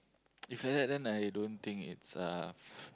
if like that then I don't it's uh